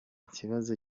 kibazo